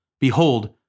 Behold